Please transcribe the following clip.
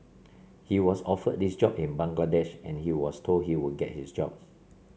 he was offered this job in Bangladesh and he was told he would get this job